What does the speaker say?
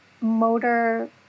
motor